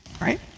right